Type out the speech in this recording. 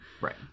Right